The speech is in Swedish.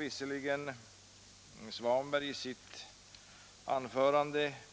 Herr Svanberg